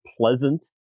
pleasant